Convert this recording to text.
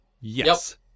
Yes